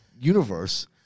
Universe